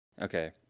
Okay